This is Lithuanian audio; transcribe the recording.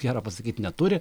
gero pasakyt neturi